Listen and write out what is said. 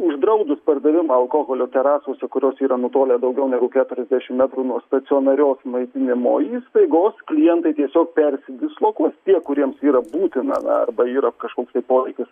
uždraudus pardavimą alkoholio terasose kurios yra nutolę daugiau negu keturiasdešimt metrų nuo stacionarios maitinimo įstaigos klientai tiesiog persidislokuos tie kuriems yra būtina na arba yra kažkoksai poreikis